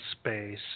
space